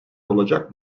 olacak